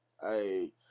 Hey